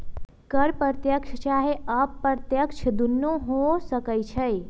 कर प्रत्यक्ष चाहे अप्रत्यक्ष दुन्नो हो सकइ छइ